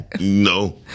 No